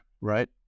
right